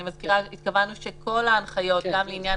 אני מזכירה שאנחנו התכוונו שכל ההנחיות שגם עניין